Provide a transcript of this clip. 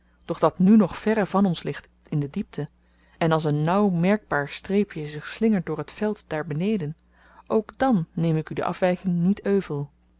doch dat nu nog verre voor ons ligt in de diepte en als een nauw merkbaar streepje zich slingert door t veld daar beneden ook dan neem ik u de afwyking niet euvel